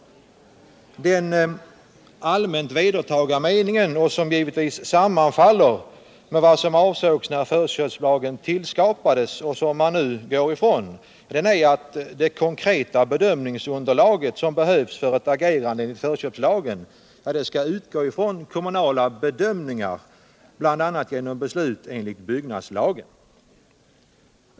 Den allmänt vedertagna meningen, som givetvis sammanfaller med vad som avsågs när förköpslagen tillskapades men som man nu går ifrån, är att det konkreta bedömningsunderlag som behövs för ett agerande enligt förköpslagen skall utgå från kommunala bedömningar, bl.a. genom beslut enligt byggnadslagen.